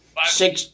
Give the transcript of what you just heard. Six